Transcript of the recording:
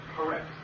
Correct